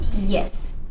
Yes